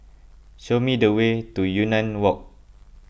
show me the way to Yunnan Walk